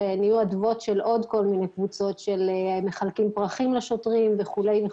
נהיו אדוות של עוד כל מיני קבוצות שמחלקים פרחים לשוטרים וכולי.